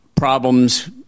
Problems